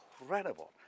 incredible